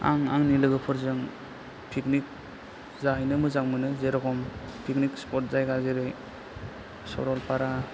आं आंनि लोगोफोरजों फिकनिक जाहैनो मोजां मोनो जेरेखम फिकनिक स्फद जायगा जेरै सरलफारा